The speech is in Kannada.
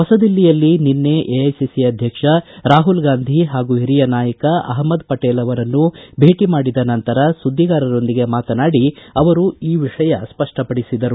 ಹೊಸ ದಿಲ್ಲಿಯಲ್ಲಿ ನಿನ್ನೆ ಎಐಸಿಸಿ ಅಧ್ವಕ್ಷ ರಾಹುಲ್ ಗಾಂಧಿ ಹಾಗೂ ಹಿರಿಯ ನಾಯಕ ಅಹ್ವದ್ ಪಟೇಲ್ ಅವರನ್ನು ಭೇಟಿ ಮಾಡಿದ ನಂತರ ಸುದ್ದಿಗಾರರೊಂದಿಗೆ ಮಾತನಾಡಿದ ಅವರು ಈ ವಿಷಯ ಸ್ಪಷ್ಟ ಪಡಿಸಿದರು